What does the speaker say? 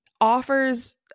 offers